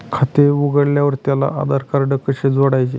खाते उघडल्यावर त्याला आधारकार्ड कसे जोडायचे?